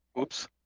Oops